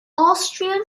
austrian